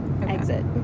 exit